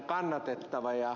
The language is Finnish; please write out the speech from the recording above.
kysynkin ed